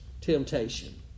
temptation